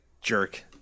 jerk